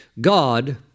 God